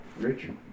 Richard